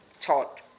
taught